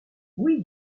oui